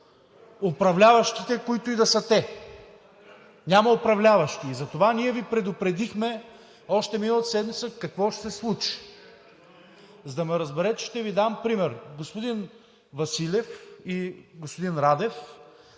управляващите, които и да са те. Няма управляващи. И затова ние Ви предупредихме още миналата седмица какво ще се случи. За да ме разберете, ще Ви дам пример. Господин Василев и господин Радев,